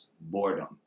boredom